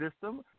system